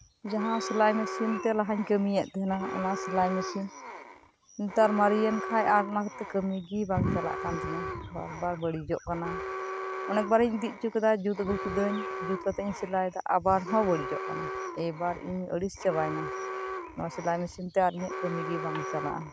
ᱡᱟᱦᱟᱸ ᱥᱮᱞᱟᱭ ᱢᱮᱥᱤᱱ ᱞᱟᱦᱟᱧ ᱠᱟᱹᱢᱤᱭᱮᱫ ᱛᱟᱦᱮᱸᱜᱼᱟ ᱚᱱᱟ ᱥᱮᱞᱟᱭ ᱢᱮᱥᱤᱱ ᱱᱮᱛᱟᱨ ᱢᱟᱨᱤᱭᱮᱱ ᱠᱷᱟᱡ ᱚᱱᱟ ᱠᱟᱛᱮ ᱠᱟᱹᱢᱤᱜᱮ ᱵᱟᱝ ᱪᱟᱞᱟᱜ ᱠᱟᱱᱛᱤᱧᱟᱹ ᱵᱟᱨ ᱵᱟᱨ ᱵᱟᱹᱲᱤᱡᱚᱜ ᱠᱟᱱᱟ ᱚᱱᱮᱠ ᱵᱟᱨᱤᱧ ᱤᱫᱤ ᱩᱪᱩᱠᱮᱫᱟ ᱡᱩᱛ ᱟᱹᱜᱩ ᱠᱤᱫᱟᱹᱧ ᱡᱩᱛ ᱠᱟᱛᱮᱜ ᱤᱧ ᱥᱮᱞᱟᱭᱫᱟ ᱟᱵᱟᱨᱦᱚᱸ ᱵᱟᱹᱲᱤᱪᱚᱜ ᱠᱟᱱᱟ ᱮᱵᱟᱨ ᱤᱧ ᱟᱹᱲᱤᱥ ᱪᱟᱵᱟᱭᱮᱱᱟ ᱱᱚᱣᱟ ᱥᱮᱞᱟᱭ ᱢᱮᱥᱤᱱ ᱛᱮ ᱟᱨ ᱤᱧᱟᱹᱜ ᱠᱟᱹᱢᱤᱜᱤ ᱵᱟᱝ ᱪᱟᱞᱟᱜᱼᱟ